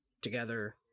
together